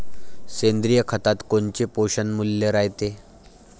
सेंद्रिय खतात कोनचे पोषनमूल्य रायते?